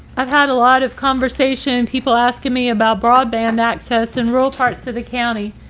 i've had a lot of conversation, people asking me about broadband access in rural parts of the county.